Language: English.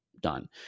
done